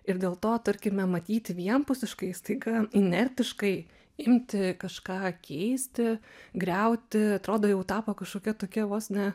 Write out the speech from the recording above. ir dėl to tarkime matyti vienpusiškai staiga inertiškai imti kažką keisti griauti atrodo jau tapo kažkokia tokia vos ne